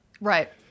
Right